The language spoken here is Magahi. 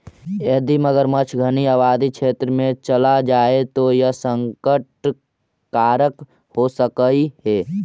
यदि मगरमच्छ घनी आबादी क्षेत्र में चला जाए तो यह संकट कारक हो सकलई हे